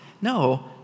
No